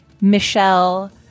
Michelle